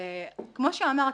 כמו שאמרתי,